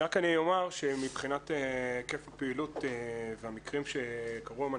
רק אני אומר שמבחינת היקף הפעילות והמקרים שקרו אנחנו